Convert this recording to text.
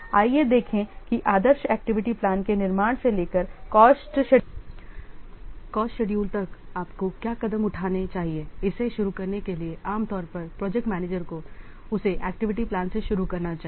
आइए देखें कि आदर्श एक्टिविटी प्लान के निर्माण से लेकर कॉस्ट शेडूल तक आपको क्या कदम उठाने चाहिए इसे शुरू करने के लिए आमतौर पर प्रोजेक्ट मैनेजर को उसे एक्टिविटी प्लान से शुरू करना चाहिए